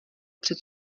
před